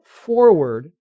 forward